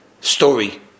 story